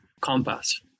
compass